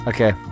Okay